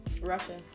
Russia